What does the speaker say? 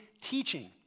teaching